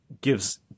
gives